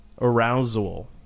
arousal